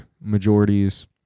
majorities